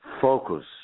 focus